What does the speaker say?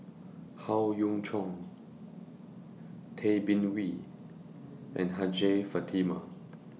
Howe Yoon Chong Tay Bin Wee and Hajjah Fatimah